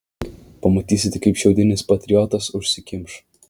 pamatysite kaip šiaudinis patriotas užsikimš